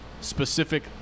specific